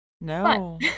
No